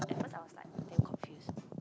at first I was like damn confused